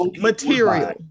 material